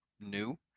new